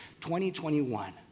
2021